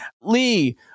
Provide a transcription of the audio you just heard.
Lee